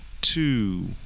two